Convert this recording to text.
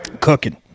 Cooking